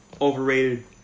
overrated